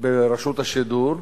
ברשות השידור,